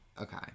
Okay